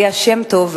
ליה שמטוב,